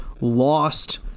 lost